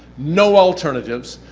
no alternatives.